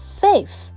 faith